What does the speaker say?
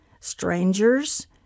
strangers